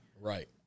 Right